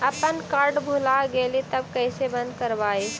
अपन कार्ड भुला गेलय तब कैसे बन्द कराइब?